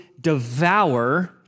devour